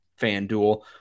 FanDuel